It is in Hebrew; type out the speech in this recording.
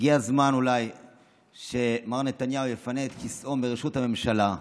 הגיע הזמן אולי שמר נתניהו יפנה את כיסאו מראשות הממשלה.